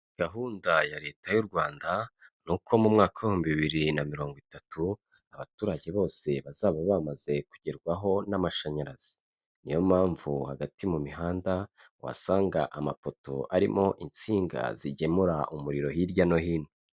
Gahunda ya Leta y'u Rwanda ni uko mu mwaka w'ibihumbi bibiri na mirongo itatu, abaturage bose bazaba bamaze kugerwaho n'amashanyarazi, niyo mpamvu hagati mu mihanda uhasanga amapoto arimo insinga zigemura umuriro hirya no hino.